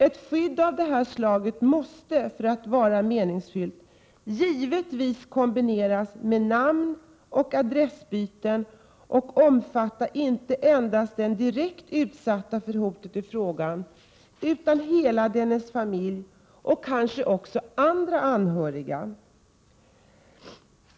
Ett skydd av detta slag 163 måste, för att vara meningsfullt, givetvis kombineras med namnoch adressbyten och omfatta inte endast den som direkt utsatts för hotet i fråga, utan hela dennes familj och kanske även andra anhöriga.